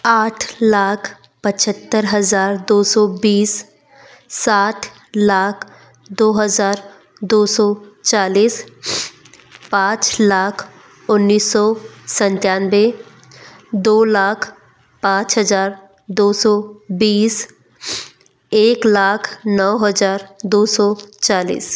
आठ लाख पछत्तर हजार दो सौ बीस साठ लाख दो हजार दो सौ चालीस पाँच लाख उन्नीस सौ संतानबे दो लाख पाँच हजार दो सौ बीस एक लाख नौ हजार दो सौ चालीस